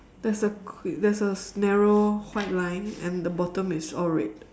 there's a quick there's a narrow white line and the bottom is all red